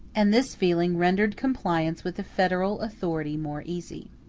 and this feeling rendered compliance with the federal authority more easy.